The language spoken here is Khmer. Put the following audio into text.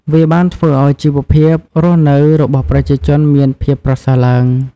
វាបានធ្វើឲ្យជីវភាពរស់នៅរបស់ប្រជាជនមានភាពប្រសើរឡើង។